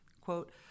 quote